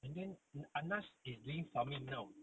and then anas is doing farming now